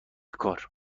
کار